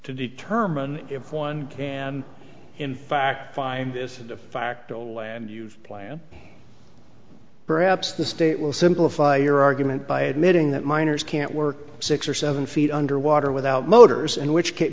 to determine if one can in fact find this is a facto land use plan perhaps the state will simplify your argument by admitting that minors can't work six or seven feet underwater without motors and which ca